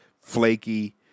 flaky